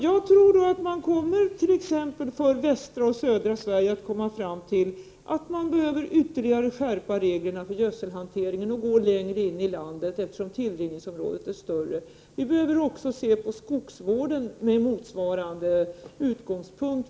Jag tror att man för t.ex. västra och södra Sverige skall komma fram till att man behöver ytterligare skärpa reglerna för gödselhanteringen och gå längre in i landet, eftersom tillrinningsområdet är större. Vi behöver även se på skogsvården med motsvarande utgångspunkt.